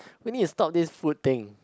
we need to stop this food thing